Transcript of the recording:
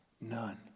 None